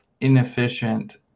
inefficient